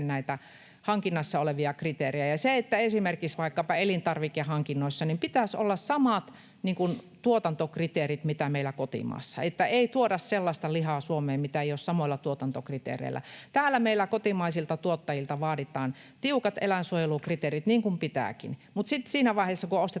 näitä hankinnassa olevia kriteerejä. Esimerkiksi elintarvikehankinnoissa pitäisi olla samat tuotantokriteerit, mitä meillä on kotimaassa, että ei tuoda Suomeen sellaista lihaa, mitä ei ole tuotettu samoilla kriteereillä. Täällä meillä kotimaisilta tuottajilta vaaditaan tiukat eläinsuojelukriteerit, niin kuin pitääkin, mutta sitten siinä vaiheessa, kun ostetaan